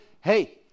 hey